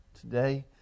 today